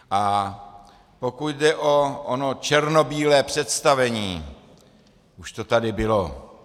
A pokud jde o ono černobílé představení, už to tady bylo.